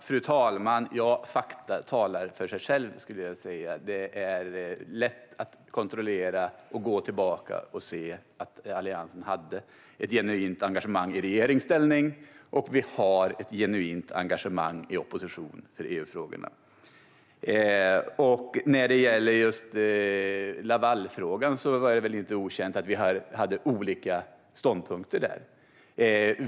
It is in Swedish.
Fru talman! Fakta talar för sig själva, skulle jag vilja säga. Det är lätt att gå tillbaka och kontrollera och se att Alliansen hade ett genuint engagemang i regeringsställning och att vi har ett genuint engagemang i opposition för EU-frågorna. När det gäller Lavalfrågan är det inte okänt att vi hade olika ståndpunkter där.